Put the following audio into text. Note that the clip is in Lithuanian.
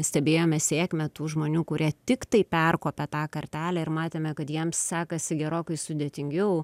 stebėjome sėkmę tų žmonių kurie tiktai perkopė tą kartelę ir matėme kad jiems sekasi gerokai sudėtingiau